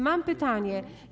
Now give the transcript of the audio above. Mam pytania.